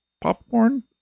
popcorn